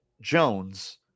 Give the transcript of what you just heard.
Jones